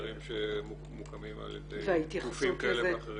אתרים שמוקמים על ידי גופים כאלה ואחרים.